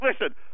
listen